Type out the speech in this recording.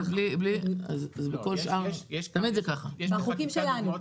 בחוקים שלנו.